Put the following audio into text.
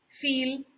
feel